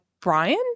Brian